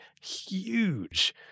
huge